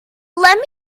let